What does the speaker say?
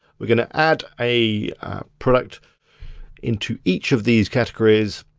we're gonna add a product into each of these categories.